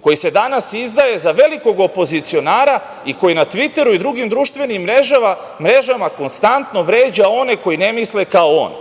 koji se danas izdaje za velikog opozicionara i koji na Tviteru i drugim društvenim mrežama konstantno vređa one koji ne misle kao on.